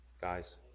Guys